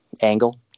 angle